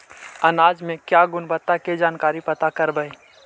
अनाज मे क्या गुणवत्ता के जानकारी पता करबाय?